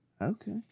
Okay